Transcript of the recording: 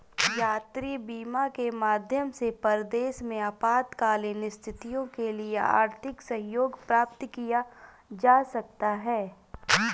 यात्री बीमा के माध्यम से परदेस में आपातकालीन स्थितियों के लिए आर्थिक सहयोग प्राप्त किया जा सकता है